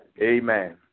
amen